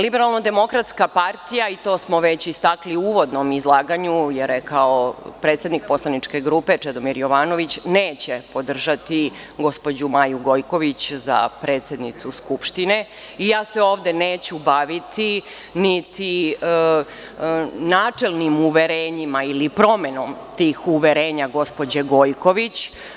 Liberalno demokratska partija, i to smo već istakli u uvodnom izlaganju, to je rekao predsednik poslaničke grupe Čedomir Jovanović, neće podržati gospođu Maju Gojković za predsednicu Skupštine i ja se ovde neću baviti niti načelnim uverenjima ili promenom tih uverenja gospođe Gojković.